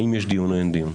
האם יש דיון או אין דיון.